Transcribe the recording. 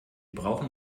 brauchen